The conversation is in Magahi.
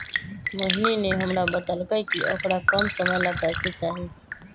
मोहिनी ने हमरा बतल कई कि औकरा कम समय ला पैसे चहि